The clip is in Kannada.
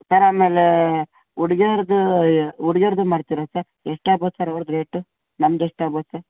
ಸರ್ ಆಮೇಲೆ ಹುಡ್ಗೆರ್ದೂ ಹುಡ್ಗೆರ್ದು ಮಾಡ್ತೀರಾ ಸರ್ ಎಷ್ಟು ಆಗ್ಬೋದು ಸರ್ ಅವ್ರದ್ದು ರೇಟು ನಮ್ದು ಎಷ್ಟು ಆಗ್ಬೋದು ಸರ್